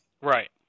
Right